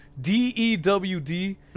D-E-W-D